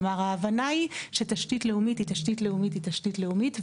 כלומר ההבנה היא שתשתית לאומית היא תשתית לאומית היא תשתית לאומית,